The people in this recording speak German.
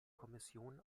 kommission